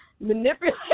manipulate